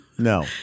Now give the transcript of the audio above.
No